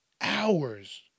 hours